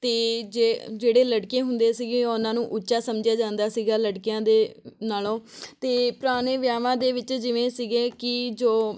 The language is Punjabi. ਅਤੇ ਜੇ ਜਿਹੜੇ ਲੜਕੇ ਹੁੰਦੇ ਸੀਗੇ ਉਹਨਾਂ ਨੂੰ ਉੱਚਾ ਸਮਝਿਆ ਜਾਂਦਾ ਸੀਗਾ ਲੜਕੀਆਂ ਦੇ ਨਾਲੋਂ ਅਤੇ ਪੁਰਾਣੇ ਵਿਆਹਵਾਂ ਦੇ ਵਿੱਚ ਜਿਵੇਂ ਸੀਗੇ ਕਿ ਜੋ